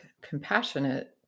compassionate